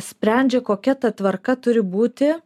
sprendžia kokia ta tvarka turi būti